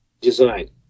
design